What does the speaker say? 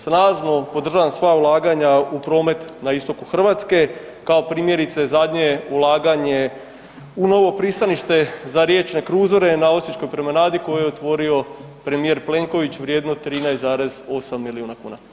S razlogom podržavam sva ulaganja u promet na istoku Hrvatske kao primjerice zadnje ulaganje u novo pristanište za riječne kruzere na osječkoj promenadi koje je otvorio premijer Plenković vrijedno 13,8 milijuna kuna.